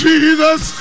Jesus